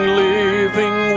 living